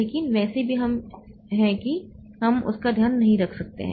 लेकिन वैसे भी हम हैं कि हम उस का ध्यान नहीं रख सकते हैं